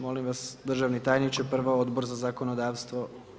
Molim vas državni tajniče prvo Odbor za zakonodavstvo.